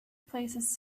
places